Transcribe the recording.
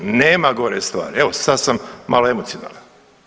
Nema gore stvari, evo sad sam malo emocionalan.